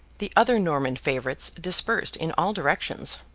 the other norman favourites dispersed in all directions.